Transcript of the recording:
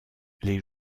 les